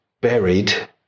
Buried